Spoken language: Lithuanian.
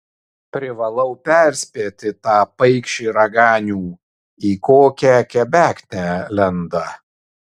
privalau perspėti tą paikšį raganių į kokią kebeknę lenda